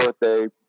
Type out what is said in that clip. birthday